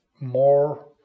more